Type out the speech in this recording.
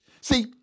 See